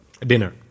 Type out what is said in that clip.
dinner